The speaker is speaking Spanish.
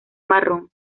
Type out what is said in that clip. marrón